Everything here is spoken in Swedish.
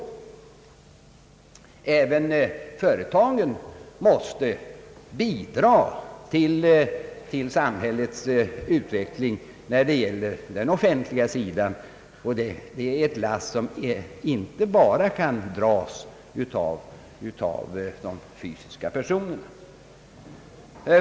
Även företagen måste bidra till samhällets utveckling när det gäller den offentliga servicen. Det är ett lass som inte bara kan dras av de fysiska personerna.